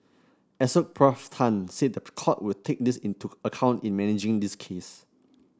Assoc Prof Tan said the court will take this into account in managing this case